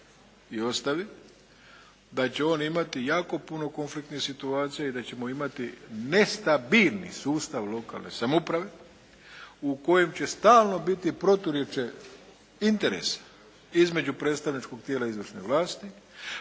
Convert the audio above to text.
i ostavi da će on imati jako puno konfliktnih situacija i da ćemo imati nestabilni sustav lokalne samouprave u kojem će stalno biti proturječje interesa između predstavničkog tijela izvršne vlasti,